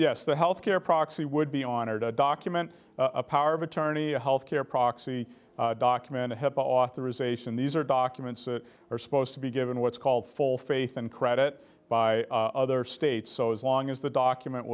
yes the health care proxy would be honored to document a power of attorney a health care proxy document to have authorization these are documents that are supposed to be given what's called full faith and credit by other states so as long as the document